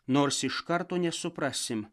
nors iš karto nesuprasim